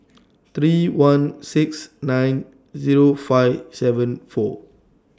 three one six nine Zero five seven four